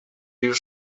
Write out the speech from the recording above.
już